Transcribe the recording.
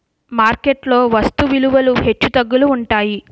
market లో వస్తు విలువలు హెచ్చుతగ్గులు ఉంటాయి